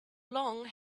long